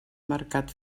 mercat